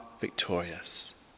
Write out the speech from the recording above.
victorious